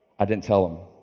i didn't tell them.